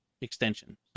Extension